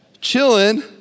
Chilling